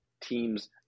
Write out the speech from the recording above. teams